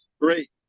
Great